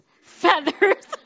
feathers